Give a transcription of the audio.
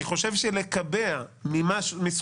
אני חושב שלקבע תמיכות לארגונים כסוג של קופה קטנה